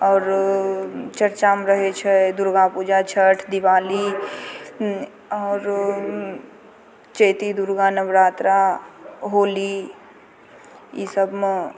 आओर चर्चामे रहै छै दुर्गा पूजा छठि दिवाली आओर चैती दुर्गा नवरात्रा होली ई सबमे